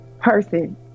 person